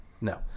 No